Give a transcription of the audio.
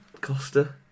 Costa